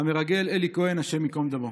המרגל אלי כהן, השם ייקום דמו.